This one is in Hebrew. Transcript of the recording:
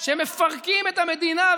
מפרקים את המדינה,